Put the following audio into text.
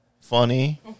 funny